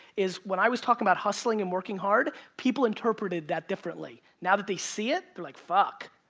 is, when i was talking about hustling and working hard, people interpreted that differently. now that they see it, they're like, fuck.